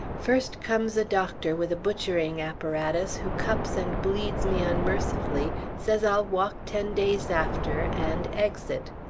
first comes a doctor with a butchering apparatus who cups and bleeds me unmercifully, says i'll walk ten days after, and exit.